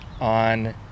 on